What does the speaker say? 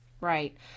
right